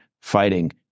fighting